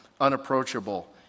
unapproachable